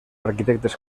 arquitectes